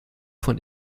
von